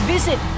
Visit